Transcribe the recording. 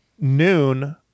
noon